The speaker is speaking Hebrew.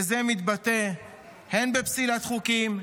וזה מתבטא הן בפסילת חוקים,